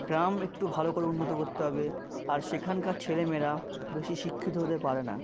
গ্রাম একটু ভালো করে উন্নত করতে হবে আর সেখানকার ছেলে মেয়েরা বেশি শিক্ষিত হতে পারে না